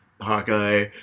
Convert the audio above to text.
Hawkeye